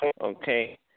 Okay